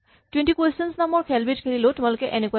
twenty questions নামৰ খেল বিধ খেলিলেও তোমালোকে এনেকুৱাই কৰা